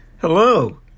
Hello